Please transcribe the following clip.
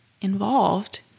involved